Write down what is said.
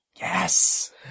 Yes